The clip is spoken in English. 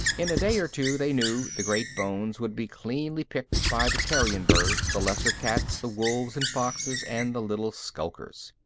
in a day or two, they knew, the great bones would be cleanly picked by the carrion birds, the lesser cats, the wolves and foxes and the little skulkers.